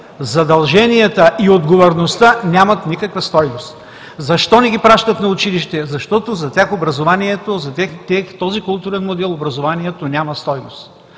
задълженията и отговорността нямат никаква стойност. Защо не ги пращат на училище? Защото този културен модел „образованието“ няма стойност.